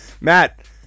Matt